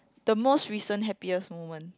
the most recent happiest moment